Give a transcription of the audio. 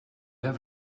have